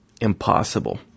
impossible